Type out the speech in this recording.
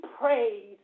praise